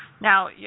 now